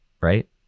right